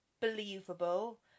believable